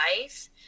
life